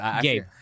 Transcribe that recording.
Gabe